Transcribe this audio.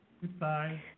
Goodbye